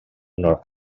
nord